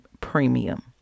Premium